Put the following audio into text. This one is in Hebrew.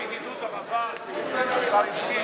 למרות הידידות הרבה שהשר הדגיש,